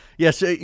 Yes